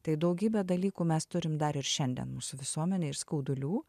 tai daugybę dalykų mes turim dar ir šiandien mūsų visuomenėj ir skaudulių